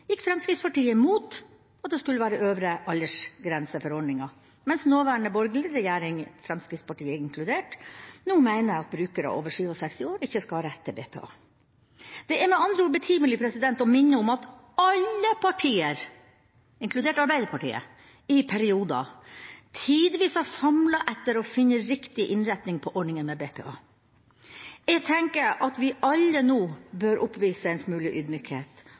gikk Fremskrittspartiet mot at det skulle være en øvre aldersgrense for ordninga, mens den nåværende borgerlige regjeringa – Fremskrittspartiet inkludert – nå mener at brukere over 67 år ikke skal ha rett til BPA. Det er med andre ord betimelig å minne om at alle partier, inkludert Arbeiderpartiet, i perioder tidvis har famlet etter å finne riktig innretning på ordninga med BPA. Jeg tenker at vi alle nå bør oppvise en smule ydmykhet,